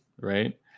right